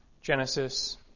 Genesis